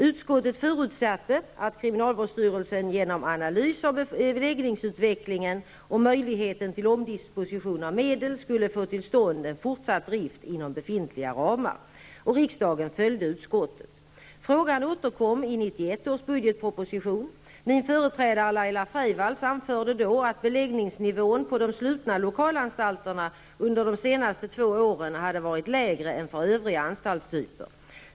Utskottet förutsatte att kriminalvårdsstyrelsen genom analys av beläggningsutvecklingen och möjligheten till omdisposition av medel skulle få till stånd en fortsatt drift inom befintliga ramar. Riksdagen följde utskottet. Frågan återkom i 1991 års budgetproposition. Min företrädare Laila Freivalds anförde då att beläggningsnivån vid de slutna lokalanstalterna under de senaste två åren hade varit lägre än för övriga anstaltstyper.